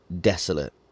desolate